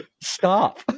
Stop